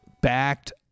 Backed